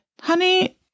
honey